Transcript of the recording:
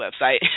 website